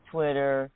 Twitter